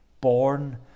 born